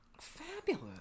Fabulous